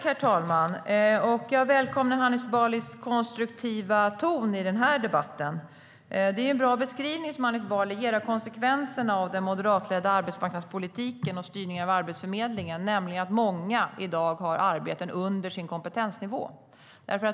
Herr talman! Jag välkomnar Hanif Balis konstruktiva ton i denna debatt. Han ger en bra beskrivning av konsekvenserna av den moderatledda arbetsmarknadspolitiken och styrningen av Arbetsförmedlingen, nämligen att många i dag har arbeten under sin kompetensnivå.